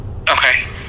Okay